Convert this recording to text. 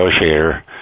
negotiator